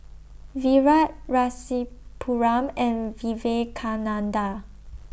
Virat Rasipuram and Vivekananda